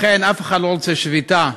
אכן, אף אחד לא רוצה שביתה,